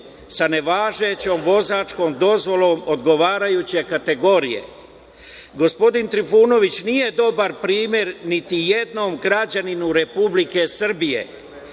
sa nevažećom vozačkom dozvole odgovarajuće kategorije. Gospodin Trifunović nije dobar primer niti jednom građaninu Republike Srbije.